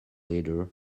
leader